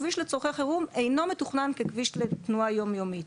כביש לצרכי חירום אינו מתוכנן ככביש בתנועה יום יומית.